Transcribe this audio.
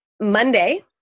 Monday